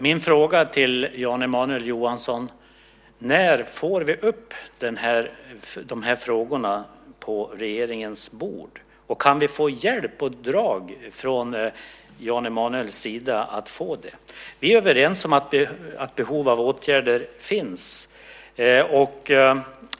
Min fråga till Jan Emanuel Johansson är: När får vi upp de här frågorna på regeringens bord? Kan vi få hjälp och drag från Jan Emanuels sida med att få det? Vi är överens om att det finns behov av åtgärder.